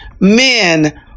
men